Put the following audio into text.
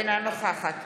אינה נוכחת